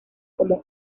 como